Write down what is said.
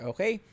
Okay